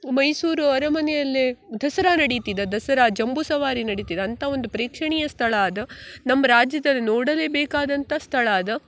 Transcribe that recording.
ಮೈಸೂರು ಅರಮನೆಯಲ್ಲಿ ದಸರಾ ನಡಿತದ ದಸರಾ ಜಂಬು ಸವಾರಿ ನಡಿತದ ಅಂಥ ಒಂದು ಪ್ರೇಕ್ಷಣೀಯ ಸ್ಥಳ ಅದು ನಮ್ಮ ರಾಜ್ಯದಲ್ಲಿ ನೋಡಲೇಬೇಕಾದಂಥ ಸ್ಥಳ ಅದು